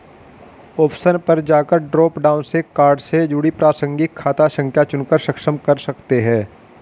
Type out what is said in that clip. option पर जाकर drop down से कार्ड से जुड़ी प्रासंगिक खाता संख्या चुनकर सक्षम कर सकते है